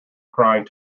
crying